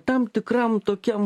tam tikram tokiam